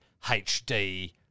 HD